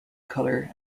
colour